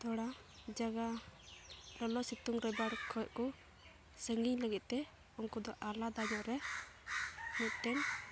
ᱛᱷᱚᱲᱟ ᱡᱟᱭᱜᱟ ᱞᱚᱞᱚ ᱥᱤᱛᱩᱝ ᱨᱟᱵᱟᱝ ᱠᱷᱚᱱ ᱠᱚ ᱥᱟᱺᱜᱤᱧ ᱞᱟᱹᱜᱤᱫ ᱛᱮ ᱩᱱᱠᱩ ᱫᱚ ᱟᱞᱟᱫᱟ ᱧᱚᱜ ᱨᱮ ᱢᱤᱫᱴᱮᱱ